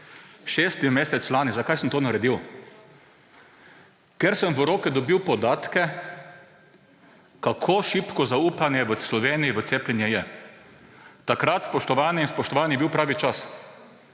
Šesti mesec lani. Zakaj sem to naredil? Ker sem v roke dobil podatke, kako šibko zaupanje v Sloveniji v cepljenje je. Takrat, spoštovane in spoštovani, je bil pravi čas.